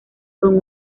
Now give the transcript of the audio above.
con